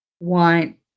want